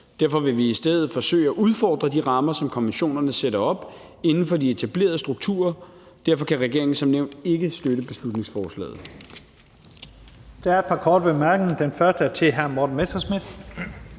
Derfor vil vi i stedet forsøge at udfordre de rammer, som konventionerne sætter op, inden for de etablerede strukturer. Derfor kan regeringen som nævnt ikke støtte beslutningsforslaget. Kl. 14:48 Første næstformand (Leif Lahn Jensen):